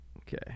Okay